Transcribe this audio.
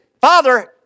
Father